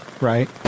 Right